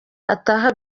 ataha